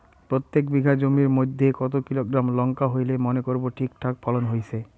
প্রত্যেক বিঘা জমির মইধ্যে কতো কিলোগ্রাম লঙ্কা হইলে মনে করব ঠিকঠাক ফলন হইছে?